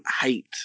hate